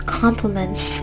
compliments